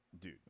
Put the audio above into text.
dude